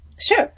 Sure